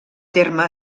terme